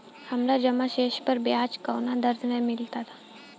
हमार जमा शेष पर ब्याज कवना दर से मिल ता?